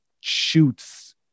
shoots